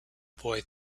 boy